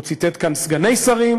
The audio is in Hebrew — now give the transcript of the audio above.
הוא ציטט כאן סגני שרים,